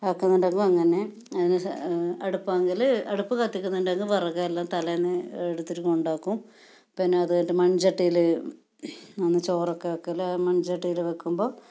ആക്കുന്നുണ്ടെങ്കിൽ അങ്ങനെ അതിന് ശേ അടുപ്പെങ്കിൽ അടുപ്പ് കത്തിക്കുന്നുണ്ടെങ്കിൽ വിറകെല്ലാം തലേന്ന് എടുത്തിട്ട് കൊണ്ടുവയ്ക്കും പിന്നെ അതുപോലെ തന്നെ മൺചട്ടിയിൽ ആണ് ചോറൊക്കെ വയ്ക്കൽ മൺചട്ടിയിൽ വയ്ക്കുമ്പോൾ